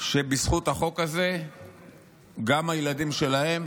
שבזכות החוק הזה גם הילדים שלהם